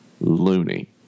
loony